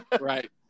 Right